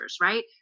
right